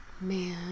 man